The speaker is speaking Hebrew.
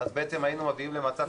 היינו מגיעים למצב שמדינת ישראל עוצרת